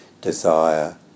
desire